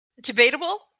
debatable